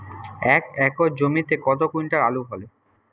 এক একর জমিতে কত কুইন্টাল আলু ফলে?